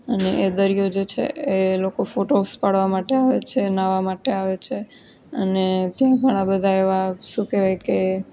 અને એ દરિયો જે છે એ લોકો ફોટોસ પાડવા માટે આવે છે નાહ્વા માટે આવે છે અને ત્યાં ઘણા બધા એવા શું કહેવાય કે